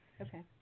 Okay